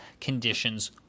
conditions